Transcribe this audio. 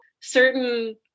certain